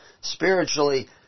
spiritually